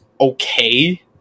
okay